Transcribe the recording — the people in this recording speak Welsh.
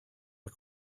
mae